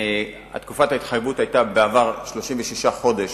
תקופת ההתחייבות היתה בעבר 36 חודש